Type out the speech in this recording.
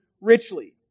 richly